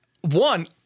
one